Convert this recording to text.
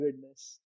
goodness